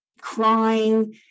crying